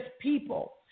people